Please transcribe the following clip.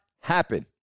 happen